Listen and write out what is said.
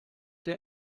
der